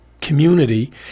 community